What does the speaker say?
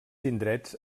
indrets